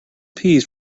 peas